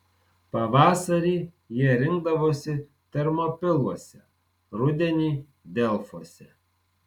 pavasarį jie rinkdavosi termopiluose rudenį delfuose